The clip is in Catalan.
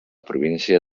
província